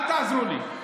אל תעזרו לי.